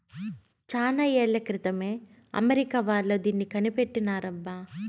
చానా ఏళ్ల క్రితమే అమెరికా వాళ్ళు దీన్ని కనిపెట్టారబ్బా